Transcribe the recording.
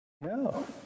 No